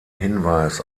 hinweis